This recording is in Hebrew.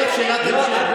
תהיה לך שאלת המשך.